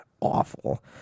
awful